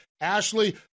Ashley